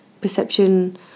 perception